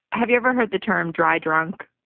have you ever heard the term dry drunk?